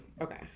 Okay